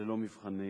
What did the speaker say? ללא מבחני